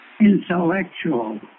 intellectual